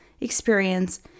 experience